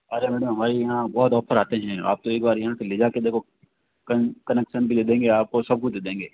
अरे मैडम हमारे यहाँ बहुत ऑफर आते हैं आप तो एक बार यहाँ से ले जा कर तो देखो कन्सेशन भी दे देंगे आपको सब कुछ दे देंगे